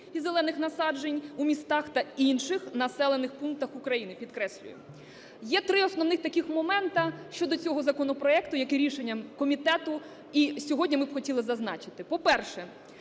і зелених насаджень у містах та інших населених пунктах України, підкреслюю. Є три основних таки моменти щодо цього законопроекту, які рішенням комітету і сьогодні ми б хотіли зазначити. По-перше,